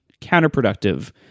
counterproductive